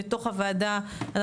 בתוך הוועדה,